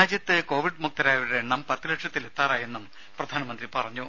രാജ്യത്ത് കോവിഡ് മുക്തരായവരുടെ എണ്ണം പത്ത് ലക്ഷത്തിൽ എത്താറായെന്നും പ്രധാനമന്ത്രി പറഞ്ഞു